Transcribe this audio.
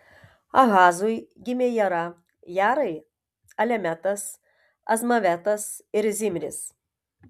ahazui gimė jara jarai alemetas azmavetas ir zimris